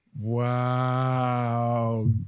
Wow